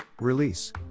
Release